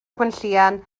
gwenllian